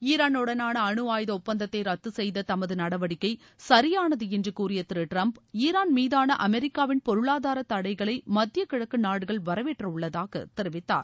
ஈரானுடனான அனு ஆயுத ஒப்பந்தத்தை ரத்து செய்த தமது நடவடிக்கை சியானது என்று கூறிய திரு டிரம்ப் ஈரான் மீதான அமெரிக்காவின் பொருளாதார தடைகளை மத்திய கிழக்கு நாடுகள் வரவேற்றுள்ளதாக தெரிவித்தார்